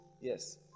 yes